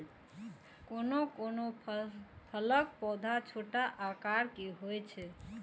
कोनो कोनो फलक पौधा छोट आकार के होइ छै